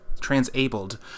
transabled